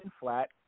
flat